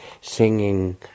singing